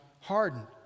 hardened